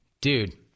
Dude